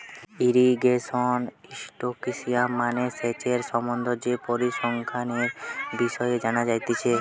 irrigation statistics মানে সেচের সম্বন্ধে যে পরিসংখ্যানের বিষয় জানা যাতিছে